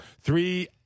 three